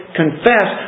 confess